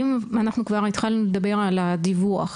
אם אנחנו כבר התחלנו לדבר על הדיווח,